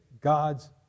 God's